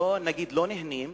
לא נהנים,